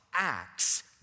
Acts